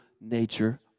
nature